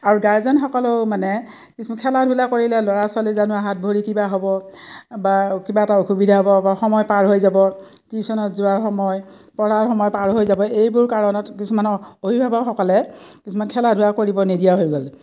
আৰু গাৰ্জেনসকলেও মানে কিছুমান খেলা ধূলা কৰিলে ল'ৰা ছোৱালী জানো হাত ভৰি কিবা হ'ব বা কিবা এটা অসুবিধা হ'ব বা সময় পাৰ হৈ যাব টিউশ্যনত যোৱাৰ সময় পঢ়াৰ সময় পাৰ হৈ যাব এইবোৰ কাৰণত কিছুমানৰ অভিভাৱকসকলে কিছুমান খেলা ধুৱা কৰিব নিদিয়া হৈ গ'ল